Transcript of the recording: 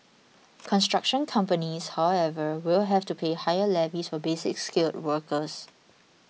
construction companies however will have to pay higher levies for Basic Skilled workers